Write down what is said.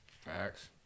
Facts